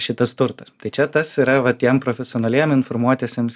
šitas turtas tai čia tas yra va tiem profesionaliem informuotiesiems